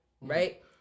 right